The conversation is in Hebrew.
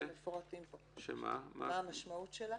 מה המשמעות שלה?